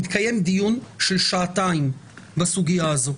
התקיים דיון של שעתיים בסוגיה הזאת.